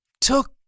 took